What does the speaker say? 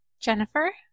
Jennifer